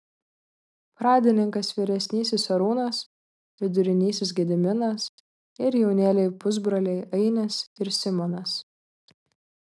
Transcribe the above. pradininkas vyresnysis arūnas vidurinysis gediminas ir jaunėliai pusbroliai ainis ir simonas